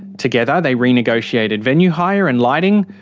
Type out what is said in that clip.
together they renegotiated venue hire and lighting,